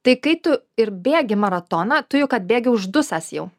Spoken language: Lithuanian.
tai kai tu ir bėgi maratoną tu juk atbėgi uždusęs jau